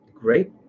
Great